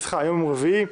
היום יום רביעי,